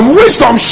wisdom